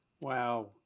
Wow